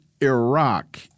Iraq